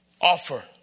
offer